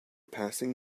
passing